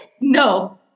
No